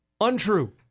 Untrue